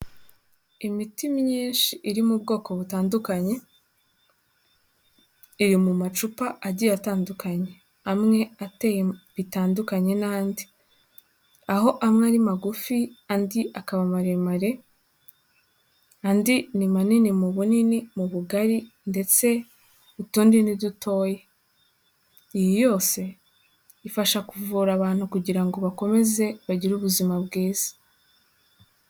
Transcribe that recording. Imiti myinshi iri mu ubwoko butandukanye, iri mu macupa agiye atandukanye, amwe ateye bitandukanye n'andi, aho amwe ari magufi, andi akaba maremare, andi ni manini mu bunini mu bugari ndetse utundi ni dutoya. Iyi yose ifasha kuvura abantu kugira ngo bakomeze bagire ubuzima bwiza.